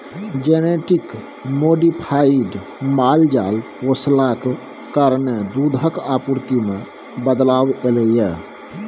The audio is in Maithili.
जेनेटिक मोडिफाइड माल जाल पोसलाक कारणेँ दुधक आपुर्ति मे बदलाव एलय यै